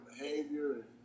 behavior